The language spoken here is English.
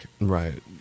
Right